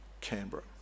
Canberra